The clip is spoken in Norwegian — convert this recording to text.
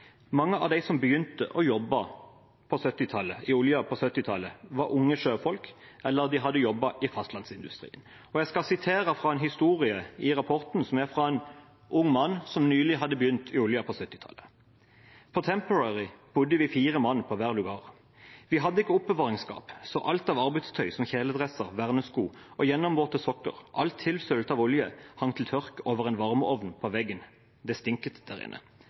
Mange av de som begynte å jobbe i oljen på 1970-tallet, var unge sjøfolk eller de jobbet i fastlandsindustrien. Jeg skal sitere fra en historie i rapporten fra en ung mann som nylig hadde begynt i oljen på 1970-tallet: «På Temporary bodde vi 4 mann på hver lugar. Vi hadde ikke oppbevaringsskap så alt av arbeidstøy som kjeledresser, vernesko og gjennomvåte sokker, alt tilsølt av olje hang til tørk over en varmeovn på veggen. Det stinket